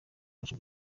iwacu